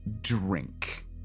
drink